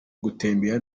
gutembera